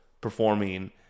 performing